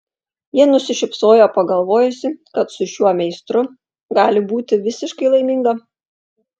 ji nusišypsojo pagalvojusi kad su šiuo meistru gali būti visiškai laiminga